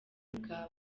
bwawe